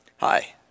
Hi